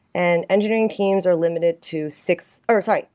and engineering teams are limited to six or sorry,